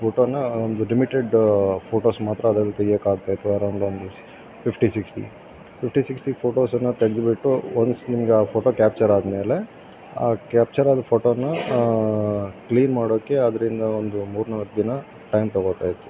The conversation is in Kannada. ಫೋಟೋನ್ನು ಒಂದು ಲಿಮಿಟೆಡ್ ಫೋಟೋಸ್ ಮಾತ್ರ ಅದ್ರಲ್ಲಿ ತೆಗ್ಯೋಕ್ಕೆ ಆಗ್ತಾಯಿತ್ತು ಅರೌಂಡ್ ಒಂದು ಫಿಫ್ಟಿ ಸಿಕ್ಸ್ಟಿ ಫಿಫ್ಟಿ ಸಿಕ್ಸ್ಟಿ ಫೋಟೋಸನ್ನು ತೆಗೆದ್ಬಿಟ್ಟು ಒನ್ಸ್ ನಿಮ್ಗೆ ಆ ಫೋಟೋ ಕ್ಯಾಪ್ಚರ್ ಆದ ಮೇಲೆ ಆ ಕ್ಯಾಪ್ಚರಾದ ಫೋಟೋನ್ನು ಕ್ಲೀನ್ ಮಾಡೋಕ್ಕೆ ಅದರಿಂದ ಒಂದು ಮೂರು ನಾಲ್ಕು ದಿನ ಟೈಮ್ ತೊಗೊತಾಯಿತ್ತು